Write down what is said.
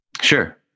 Sure